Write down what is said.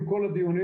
עם כל הדיונים,